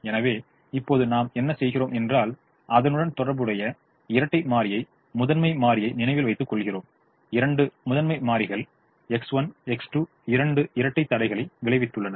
எனவே இப்போது நாம் என்ன செய்கிறோம் என்றால் அதனுடன் தொடர்புடைய இரட்டை மாறியை முதன்மை மாறியை நினைவில் வைத்துக் கொள்கிறோம் இரண்டு முதன்மை மாறிகள் X1 X2 இரண்டு இரட்டை தடைகளை விளைவித்துள்ளன